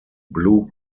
blue